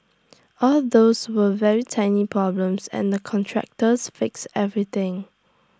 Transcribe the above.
all those were very tiny problems and the contractors fixed everything